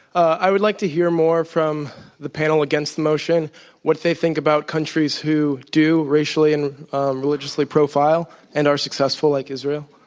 i would like to hear more from the panel against the motion what they think about countries who do racially and religiously profile and are successful like in israel.